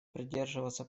придерживаться